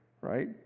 right